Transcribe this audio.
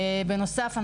בנוסף,